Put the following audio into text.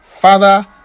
Father